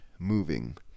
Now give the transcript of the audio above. moving